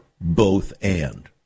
both-and